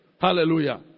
Hallelujah